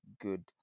good